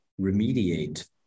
remediate